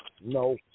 No